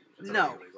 No